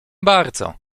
bardzo